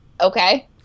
okay